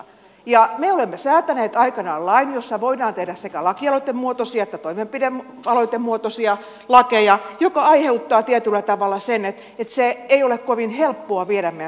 me olemme säätäneet aikanaan lain jossa voidaan tehdä sekä lakialoitemuotoisia että toimenpidealoitemuotoisia lakeja mikä aiheuttaa tietyllä tavalla sen että niitä ei ole kovin helppoa viedä meidän prosessissamme